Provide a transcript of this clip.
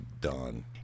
done